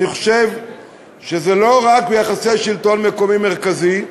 אני חושב שזה לא רק ביחסי שלטון מקומי מרכזי,